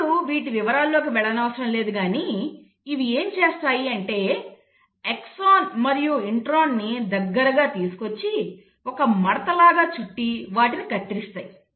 ఇప్పుడు వీటి వివరాల్లోకి వెళ్ళనవసరం లేదు కానీ ఇవి ఏం చేస్తాయి అంటే ఎక్సాన్ని మరియు ఇంట్రాన్ని దగ్గరగా తీసుకువచ్చి ఒక మడత లాగా చుట్టి వాటిని కత్తిరిస్తాయి